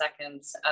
seconds